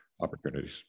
opportunities